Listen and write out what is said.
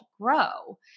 Grow